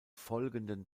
folgenden